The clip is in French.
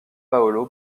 paolo